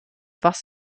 was